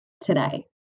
today